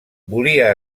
volia